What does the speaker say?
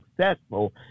successful